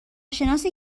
شناسی